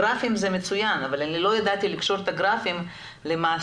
הגרפים זה מצוין אבל לא ידעתי לקשור את הגרפים למעשים.